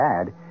add